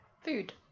food